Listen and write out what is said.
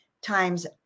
times